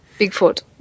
Bigfoot